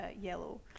yellow